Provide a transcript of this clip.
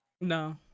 No